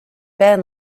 been